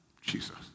Jesus